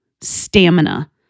stamina